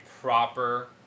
proper